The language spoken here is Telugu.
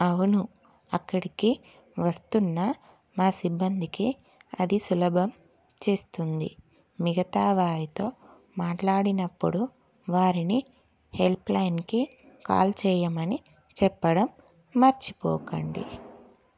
అవును అక్కడికి వస్తున్న మా సిబ్బందికి అది సులభం చేస్తుంది మిగతావారితో మాట్లాడినప్పుడు వారిని హెల్ప్లైన్కి కాల్ చేయమని చెప్పడం మర్చిపోకండి